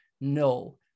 no